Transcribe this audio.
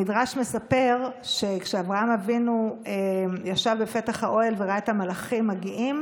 המדרש מספר שכשאברהם אבינו ישב בפתח האוהל וראה את המלאכים מגיעים